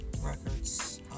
records